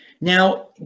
Now